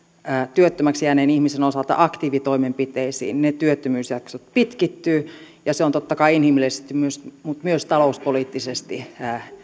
työttömäksi jääneen ihmisen osalta aktiivitoimenpiteisiin ne työttömyysjaksot pitkittyvät ja se on totta kai paitsi inhimillisesti myös talouspoliittisesti